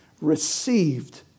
received